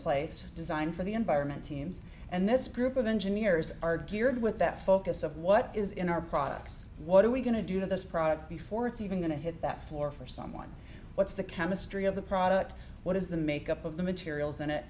place design for the environment teams and this group of engineers are geared with that focus of what is in our products what are we going to do to this product before it's even going to hit that floor for someone what's the chemistry of the product what is the make up of the materials in it